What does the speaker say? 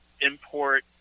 import